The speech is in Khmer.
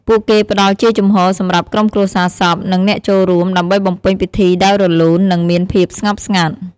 ពួកគេផ្តល់ជាជំហរសម្រាប់ក្រុមគ្រួសារសព និងអ្នកចូលរួម ដើម្បីបំពេញពិធីដោយរលូន និងមានភាពស្ងប់ស្ងាត់។